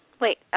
Wait